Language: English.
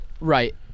Right